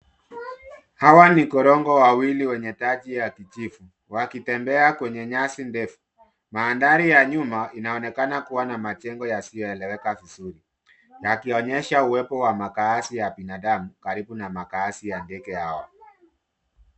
Hawa ni korongo wawili wenye taji ya kijivu wakitembea kwenye nyasi ndefu . Maandhari ya nyuma inaonekana kuwa na majengo yasiyoeleweka vizuri yakionyesha uwepo wa makaazi ya binadamu karibu na makaazi ya ndege hawa.